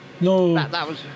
No